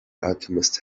alchemist